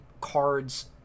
cards